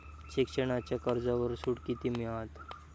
शिक्षणाच्या कर्जावर सूट किती मिळात?